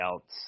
else